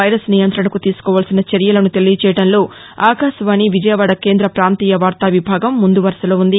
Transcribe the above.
virus నియంతణకు తీసుకోవల్సిన చర్యలను తెలియజేయడంలో ఆకాశవాణి విజయవాడ కేంద్ర పాంతీయ వార్తా విభాగం ముందు వరసలో ఉంది